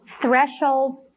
thresholds